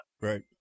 right